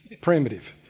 primitive